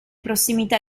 prossimità